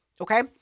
Okay